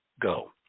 go